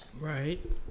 Right